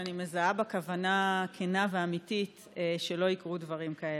שאני מזהה בה כוונה כנה ואמיתית שלא יקרו דברים כאלה.